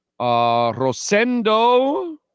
Rosendo